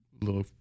little